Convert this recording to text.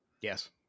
Yes